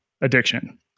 addiction